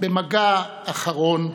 במגע אחרון,